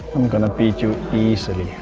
i'm gonna beat you easily!